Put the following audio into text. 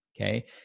okay